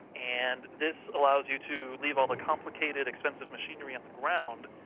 and this allows you to leave all the complicated, expensive machinery on the ground,